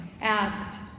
asked